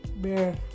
bear